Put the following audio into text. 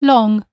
Long